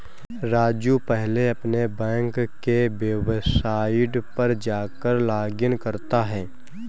राजू पहले अपने बैंक के वेबसाइट पर जाकर लॉगइन करता है